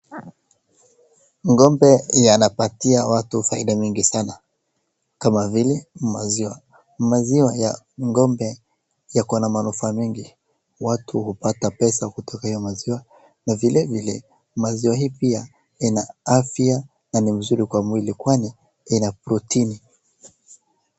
Ng'ombe inapatia watu faida mingi sana, kama vile maziwa. Maziwa ya ng'ombe yako na manufaa mengi ,watu hupata pesa kutoka hiyo maziwa, na vile vile maziwa hii pia ina afya na ni mzuri kwa mwili kwani ina protini.